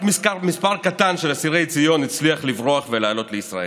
רק מספר קטן של אסירי ציון הצליחו לברוח ולעלות לישראל.